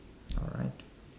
alright